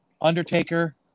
Undertaker